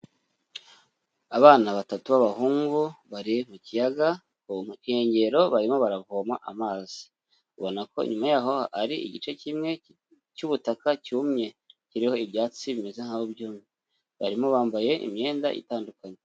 Abana batatu b'abahungu bari mu kiyaga ku nkengero barimo baravoma amazi. Ubona ko inyuma yaho hari igice kimwe cy'ubutaka cyumye, kiriho ibyatsi bimeze nk'aho byumye. Barimo abambaye imyenda itandukanye.